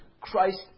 Christ